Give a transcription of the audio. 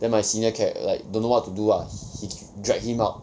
then my senior ca~ like don't know what to do lah he drag him out